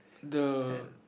the